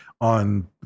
on